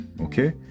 okay